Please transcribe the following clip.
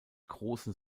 großen